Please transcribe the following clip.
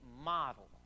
model